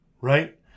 Right